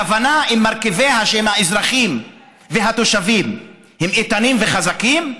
הכוונה במרכיביה היא שאם האזרחים והתושבים הם איתנים וחזקים,